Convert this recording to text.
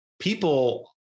people